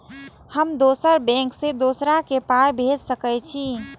हम दोसर बैंक से दोसरा के पाय भेज सके छी?